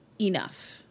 enough